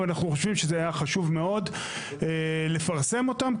אבל אנחנו חושבים שזה היה חשוב מאוד לפרסם אותם,